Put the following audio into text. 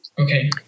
okay